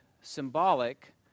symbolic